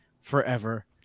forever